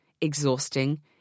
exhausting